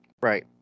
Right